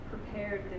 Prepared